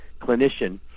clinician